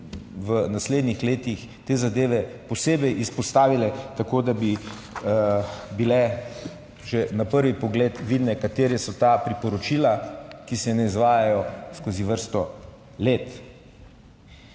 v naslednjih letih te zadeve posebej izpostavile, tako da bi bilo že na prvi pogled vidno, katera so ta priporočila, ki se ne izvajajo skozi vrsto let.